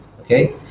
okay